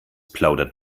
plaudert